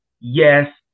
Yes